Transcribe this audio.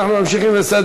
נתקבלה.